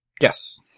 Yes